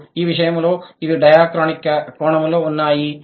మరియు ఈ విషయంలో ఇవి డయాక్రోనిక్ కోణంలో ఉన్నాయి